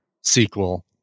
sequel